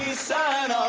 sign